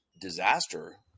disaster